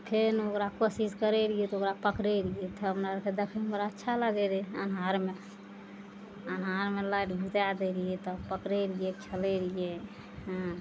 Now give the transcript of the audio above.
फेर ओकरा कोशिश करै रहियै तऽ ओकरा पकड़ै रहियै तऽ हमरा आरके देखैमे बड़ा अच्छा लागै रहै अन्हारमे अन्हारमे लाइट बुता दै रहियै तब पकड़ै रहियै खेले रहियै